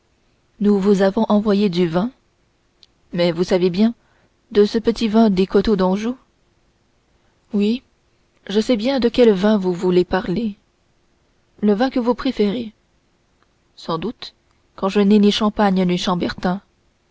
nous vous avons envoyé du vin mais vous savez bien de ce petit vin des coteaux d'anjou oui je sais bien de quel vin vous voulez parler le vin que vous préférez sans doute quand je n'ai ni champagne ni